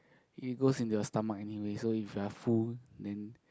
it goes into your stomach anyway so if you are full then